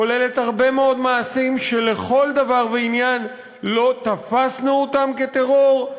כוללת הרבה מאוד מעשים שלכל דבר ועניין לא תפסנו אותם כטרור,